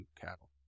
cattle